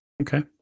Okay